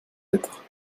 lettre